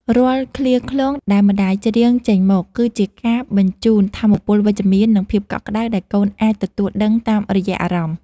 រាល់ឃ្លាឃ្លោងដែលម្ដាយច្រៀងចេញមក គឺជាការបញ្ជូនថាមពលវិជ្ជមាន និងភាពកក់ក្តៅដែលកូនអាចទទួលដឹងតាមរយៈអារម្មណ៍។